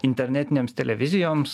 internetinėms televizijoms